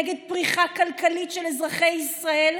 נגד פריחה כלכלית של אזרחי ישראל,